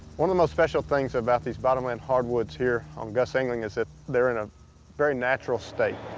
one of the most special things about these bottomland hardwoods here on gus engeling is that they are in a very natural state.